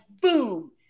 boom